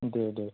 दे दे